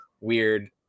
weird